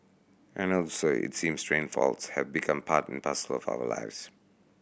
and also it seems train faults have become part and parcel of our lives